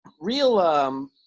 real